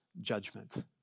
judgment